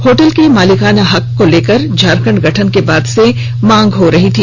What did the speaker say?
hotel के मालिकाना हक को लेकर झारखंड गठन के बाद से मांग हो रही थी